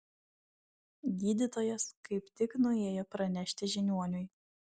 gydytojas kaip tik nuėjo pranešti žiniuoniui